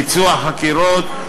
ביצוע חקירות,